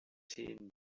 ten